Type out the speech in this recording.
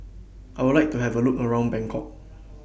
I Would like to Have A Look around Bangkok